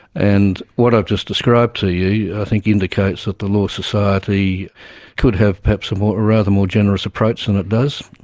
and what i've just described to you i think indicates that the law society could have perhaps a rather more generous approach than it does.